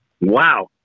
Wow